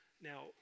Now